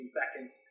seconds